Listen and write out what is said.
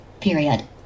period